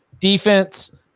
defense